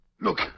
look